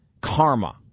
Karma